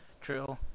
True